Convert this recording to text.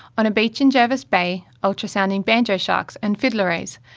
on a beach in jervis bay, ultrasounding banjo sharks and fiddler rays,